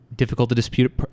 difficult-to-dispute